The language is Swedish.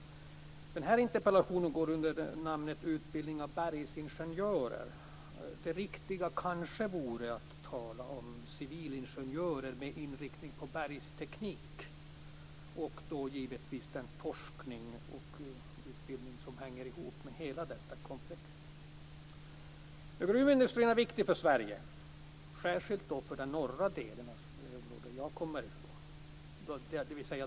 Interpellationen har fått rubriken "Utbildning av bergsingenjörer". Det riktiga vore kanske att tala om civilingenjörer med inriktning på bergsteknik och den forskning och utbildning som har samband med detta. Gruvindustrin är viktig för Sverige, särskilt för dess norra del, som jag kommer ifrån.